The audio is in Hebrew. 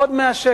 עוד 100 שקלים,